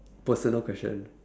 personal question